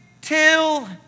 till